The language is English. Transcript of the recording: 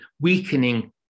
weakening